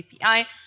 API